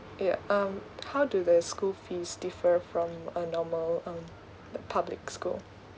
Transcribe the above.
yeah um how do the school fees differ from a normal um the public school